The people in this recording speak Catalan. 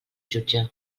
jutge